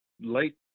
late